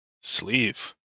sleeve